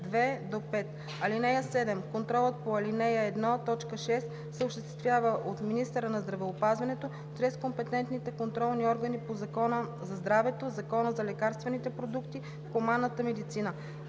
2 – 5. (7) Контролът по ал. 1, т. 6 се осъществява от министъра на здравеопазването чрез компетентните контролни органи по Закона за здравето, Закона за лекарствените продукти в хуманната медицина,